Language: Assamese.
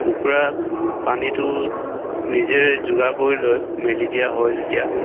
কুকুৰা পানীটো নিজে যোগাৰ কৰি লয় মেলি দিয়া হয় যেতিয়া